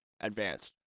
advanced